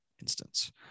instance